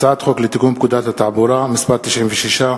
הצעת חוק לתיקון פקודת התעבורה (מס' 96),